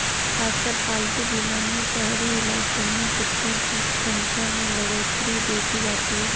खासकर पालतू बीमा में शहरी इलाकों में कुत्तों की संख्या में बढ़ोत्तरी देखी जाती है